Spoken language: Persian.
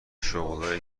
شغلهایی